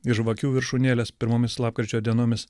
ir žvakių viršūnėles pirmomis lapkričio dienomis